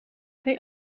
they